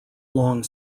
long